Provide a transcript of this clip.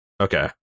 Okay